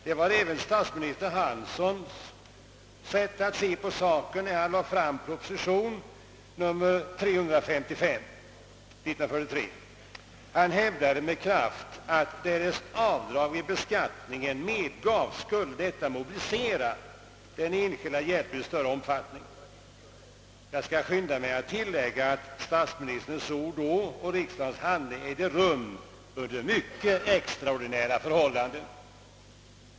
Så såg också statsminister Hansson saken då han framlade proposition nr 355 år 1943. Han hävdade med kraft att därest avdrag vid beskattningen medgavs så skulle detta i större utsträckning mobilisera enskild hjälp. Jag skall skynda mig att tillägga att statsministerns ord fälldes och riksdagens handläggning av frågan ägde rum under mycket extraordinära förhållanden.